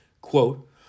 quote